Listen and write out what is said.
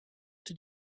did